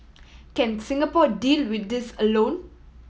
can Singapore deal with this alone